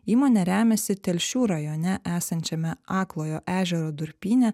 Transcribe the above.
įmonė remiasi telšių rajone esančiame aklojo ežero durpyne